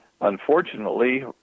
Unfortunately